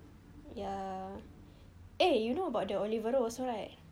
ya eh you know about the olivero also right